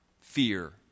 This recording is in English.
fear